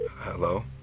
Hello